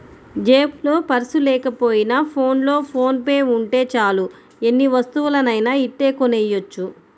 జేబులో పర్సు లేకపోయినా ఫోన్లో ఫోన్ పే ఉంటే చాలు ఎన్ని వస్తువులనైనా ఇట్టే కొనెయ్యొచ్చు